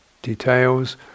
details